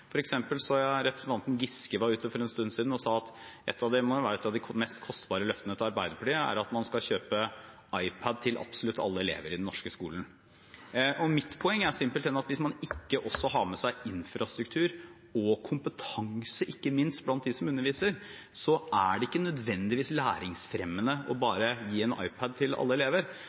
så jeg representanten Giske var ute for en stund siden og sa – det må jo være et av de mest kostbare løftene til Arbeiderpartiet – at man skal kjøpe iPad til absolutt alle elever i den norske skolen. Mitt poeng er simpelthen at hvis man ikke også har med seg infrastruktur og kompetanse, ikke minst, blant dem som underviser, er det ikke nødvendigvis læringsfremmende bare å gi en iPad til alle elever.